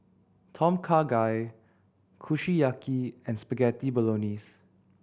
Tom Kha Gai Kushiyaki and Spaghetti Bolognese